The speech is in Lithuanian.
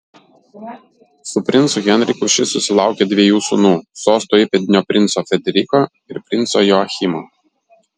su princu henriku ši susilaukė dviejų sūnų sosto įpėdinio princo frederiko ir princo joachimo